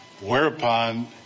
whereupon